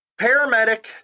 Paramedic